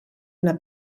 una